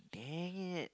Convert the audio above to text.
dang it